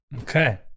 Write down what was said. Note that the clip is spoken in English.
Okay